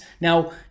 Now